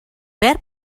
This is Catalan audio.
verb